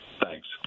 Thanks